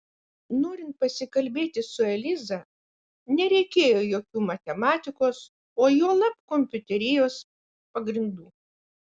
norint pasikalbėti su eliza nereikėjo jokių matematikos o juolab kompiuterijos pagrindų